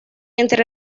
entre